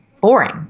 boring